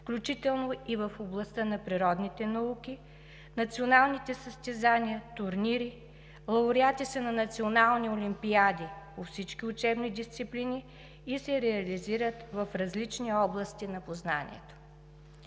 включително и в областта на природните науки, националните състезания, турнири, лауреати са на национални олимпиади по всички учебни дисциплини и се реализират в различни области на познанието.